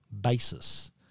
basis